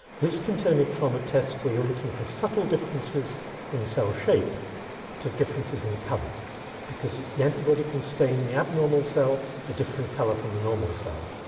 this can turn it from a test where you're looking for subtle differences in cell shape to differences in colour because the antibody can stain the abnormal cell a different colour from the normal cell.